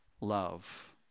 love